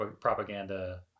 propaganda